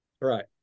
right